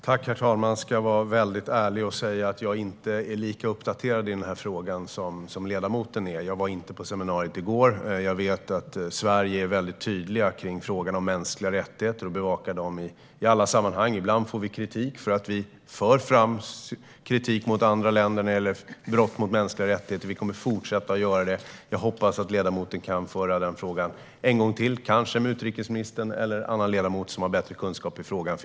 Herr talman! Jag ska vara ärlig och säga att jag inte är lika uppdaterad i denna fråga som ledamoten. Jag var inte på seminariet i går. Sverige är dock tydligt i fråga om mänskliga rättigheter och bevakar dem i alla sammanhang. Ibland får vi kritik för att vi för fram kritik mot andra länder när det gäller brott mot mänskliga rättigheter. Det kommer vi att fortsätta att göra. Jag hoppas att ledamoten kan ställa denna fråga till utrikesministern eller annat statsråd som har bättre kunskap i frågan.